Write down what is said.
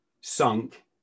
sunk